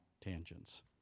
tangents